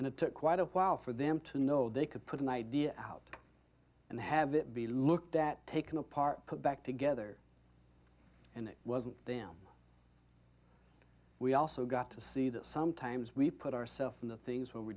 and it took quite a while for them to know they could put an idea out and have it be looked at taken apart put back together and it wasn't them we also got to see that sometimes we put ourself in the things where we